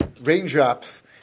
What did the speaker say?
raindrops